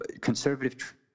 conservative